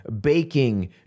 baking